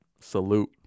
salute